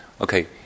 okay